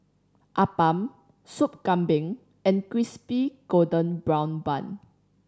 appam Sup Kambing and Crispy Golden Brown Bun